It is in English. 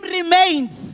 remains